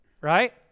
right